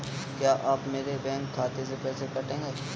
क्या आप मेरे बैंक खाते से पैसे काटेंगे?